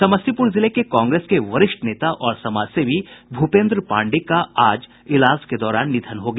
समस्तीपुर जिले के कांग्रेस के वरिष्ठ नेता और समाजसेवी भूपेन्द्र पांडेय का आज इलाज के दौरान निधन हो गया